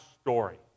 story